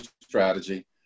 strategy